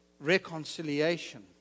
reconciliation